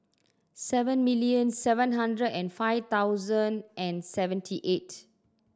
seven million seven hundred and five thousand and seventy eight